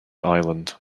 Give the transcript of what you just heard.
island